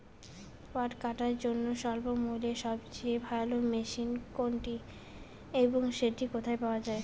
পাট কাটার জন্য স্বল্পমূল্যে সবচেয়ে ভালো মেশিন কোনটি এবং সেটি কোথায় পাওয়া য়ায়?